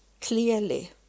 clearly